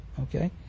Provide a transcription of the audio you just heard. Okay